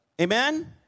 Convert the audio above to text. Amen